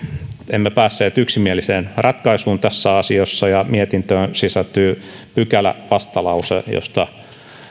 emme päässeet yksimieliseen ratkaisuun tässä asiassa ja mietintöön sisältyy pykälävastalause josta